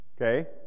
okay